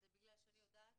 זה בגלל שאני יודעת